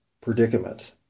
predicament